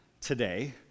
today